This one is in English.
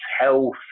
health